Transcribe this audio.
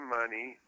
money